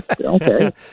okay